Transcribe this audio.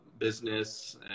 business